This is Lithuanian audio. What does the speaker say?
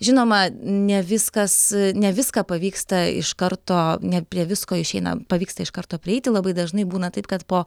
žinoma ne viskas ne viską pavyksta iš karto ne prie visko išeina pavyksta iš karto prieiti labai dažnai būna taip kad po